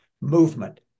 Movement